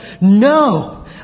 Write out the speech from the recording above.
no